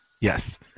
Yes